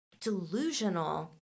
delusional